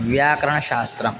व्याकरणशास्त्रम्